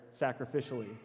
sacrificially